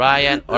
Ryan